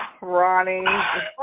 Ronnie